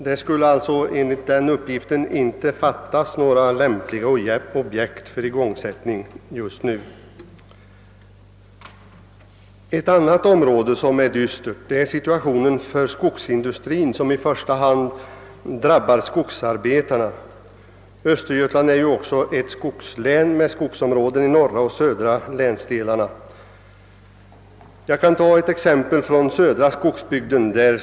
Det skulle alltså enligt den uppgiften inte saknas några lämpliga objekt för igångsättning just nu. Ett annat område där situationen är dyster har vi i skogsindustrin. I första hand drabbar det skogsarbetarna, och Östergötland är ju även ett skogslän med skogsområden i norra och södra länsdelarna. Jag kan ta ett exempel från den södra skogsbygden.